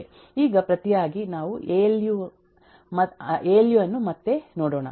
ಈಗ ಪ್ರತಿಯಾಗಿ ನಾವು ಎ ಎಲ್ ಯು ಅನ್ನು ಮತ್ತೆ ನೋಡೋಣ